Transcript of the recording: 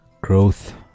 growth